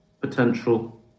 potential